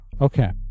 Okay